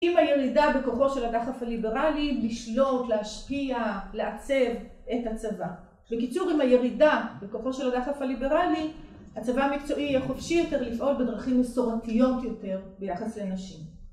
עם הירידה בכוחו של הדחף הליברלי לשלוט, להשפיע, לעצב את הצבא. בקיצור, עם הירידה בכוחו של הדחף הליברלי, הצבא המקצועי יהיה חופשי יותר לפעול בדרכים מסורתיות יותר ביחס לנשים.